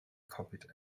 copied